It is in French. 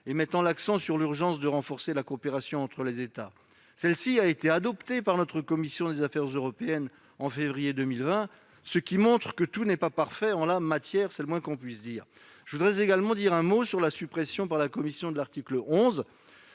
et mettant l'accent sur l'urgence de renforcer la coopération entre les États. Celle-ci a été adoptée par notre commission des affaires européennes en février 2020, ce qui montre que tout n'est pas parfait en la matière, c'est le moins qu'on puisse dire. Je voudrais également dire un mot de la suppression, par la commission, de l'article 11,